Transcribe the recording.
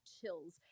chills